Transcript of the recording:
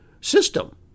system